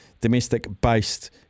domestic-based